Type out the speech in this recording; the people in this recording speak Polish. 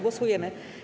Głosujemy.